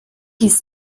his